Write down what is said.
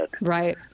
right